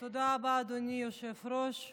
היושב-ראש.